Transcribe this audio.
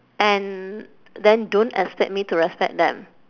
and then don't expect me to respect them